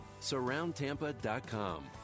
Surroundtampa.com